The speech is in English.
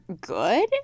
good